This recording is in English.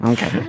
Okay